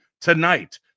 tonight